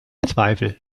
zweifel